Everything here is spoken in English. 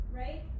right